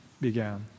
began